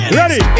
ready